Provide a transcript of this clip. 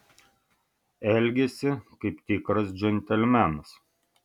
elgėsi kaip tikras džentelmenas